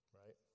right